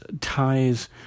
ties